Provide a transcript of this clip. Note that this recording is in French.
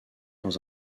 dans